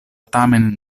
tamen